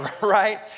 right